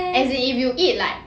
as in if you eat like